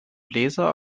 bläser